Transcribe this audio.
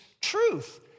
truth